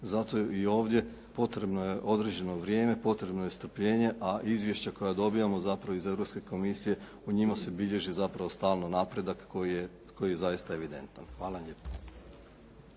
zato i ovdje potrebno je određeno vrijeme, potrebno je strpljenje a izvješća koja dobijamo zapravo iz Europske komisije u njima se bilježi zapravo stalno napredak koji je zaista evidentan. Hvala lijepa.